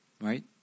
Right